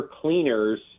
cleaners